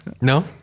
No